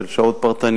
של שעות פרטניות,